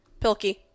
Pilkey